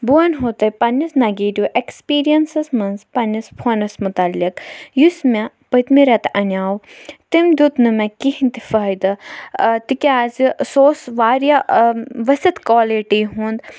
بہٕ وَنہو تۄہہِ پَنٕنِس نَگیٹِوٗ ایٚکسپیٖریٖنسَس منٛز پنٕنِس فونَس مُتعلِق یُس مےٚ پٔتۍمہِ رٮ۪تہٕ اَنیٛاو تٔمۍ دیُت نہٕ مےٚ کِہیٖنٛۍ تہِ فٲہِدٕ آ تِکیٛازِ سُہ اوس واریاہ ؤسِتھ کالٹی ہُنٛد